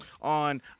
on